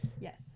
Yes